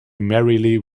merrily